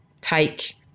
Take